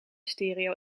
stereo